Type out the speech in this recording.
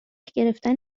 گرفتن